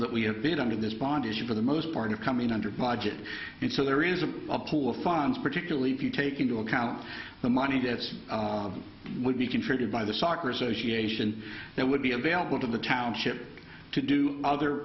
that we have been under this bond issue for the most part of coming under budget and so there is a pool of funds particularly if you take into account the money that's would be configured by the soccer association that would be available to the township to do other